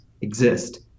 exist